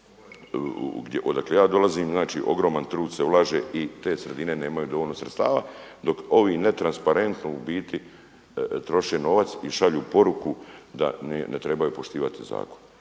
odakle ja dolazim. Znači, ogroman trud se ulaže i te sredine nemaju dovoljno sredstava, dok ovi netransparentno u biti troše novac i šalju poruku da ne trebaju poštivati zakon.